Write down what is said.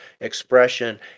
expression